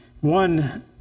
one